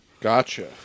Gotcha